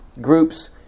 groups